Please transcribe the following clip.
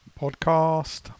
Podcast